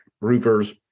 roofers